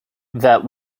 that